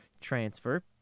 transfer